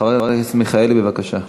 חברת הכנסת מיכאלי, בבקשה.